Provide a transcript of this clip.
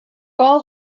all